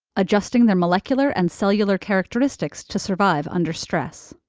adjusting their molecular and cellular characteristics to survive under stress.